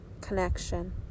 connection